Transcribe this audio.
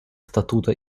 статута